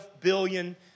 billion